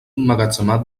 emmagatzemar